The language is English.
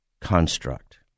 construct